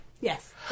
Yes